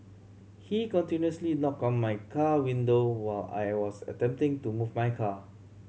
he continuously knocked on my car window while I was attempting to move my car